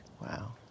Wow